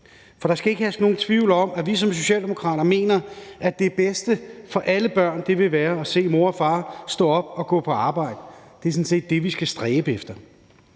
For der skal ikke herske nogen tvivl om, at vi som Socialdemokrater mener, at det bedste for alle børn vil være at se mor og far stå op og gå på arbejde. Det er sådan set det, vi skal stræbe efter.